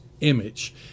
image